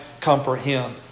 comprehend